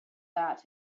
that